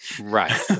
Right